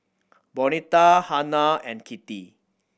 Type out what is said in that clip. Bonita Hanna and Kittie